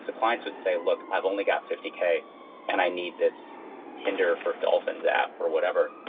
so clients would say, look. i've only got fifty k and i need this tinder for dolphins app, or whatever,